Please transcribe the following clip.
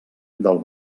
del